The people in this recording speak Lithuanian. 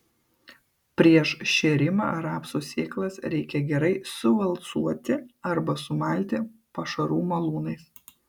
prieš šėrimą rapsų sėklas reikia gerai suvalcuoti arba sumalti pašarų malūnais